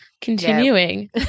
continuing